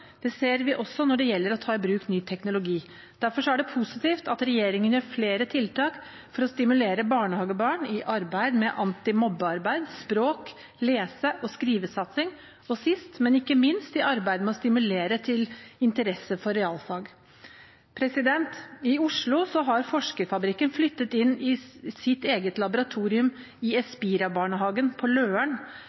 Det ser vi også når det gjelder å ta i bruk ny teknologi. Derfor er det positivt at regjeringen iverksetter flere tiltak for å stimulere barnehagebarn: i arbeidet med antimobbearbeid, med språk, med lese- og skrivesatsing og sist, men ikke minst, i arbeidet med å stimulere til interesse for realfag. I Oslo har Forskerfabrikken flyttet inn i sitt eget laboratorium i Espira-barnehagen på Løren.